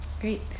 Great